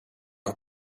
out